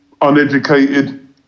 uneducated